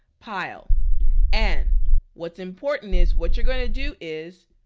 pile and what's important is what you're gonna do is